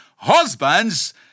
Husbands